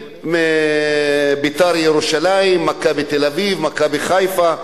מ"בית"ר ירושלים", "מכבי תל-אביב", "מכבי חיפה".